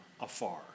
afar